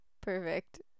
Perfect